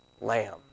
lamb